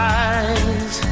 eyes